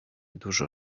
dużo